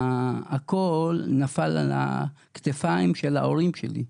והכול נפל על הכתפיים של ההורים שלי.